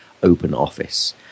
OpenOffice